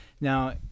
Now